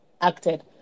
acted